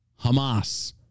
Hamas